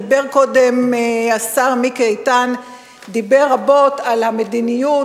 דיבר קודם השר מיקי איתן רבות על המדיניות,